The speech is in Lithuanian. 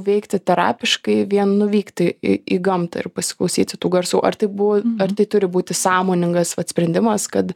veikti terapiškai vien nuvykti į į gamtą ir pasiklausyti tų garsų ar tai buvo ar tai turi būti sąmoningas vat sprendimas kad